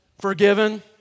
forgiven